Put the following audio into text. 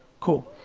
cool.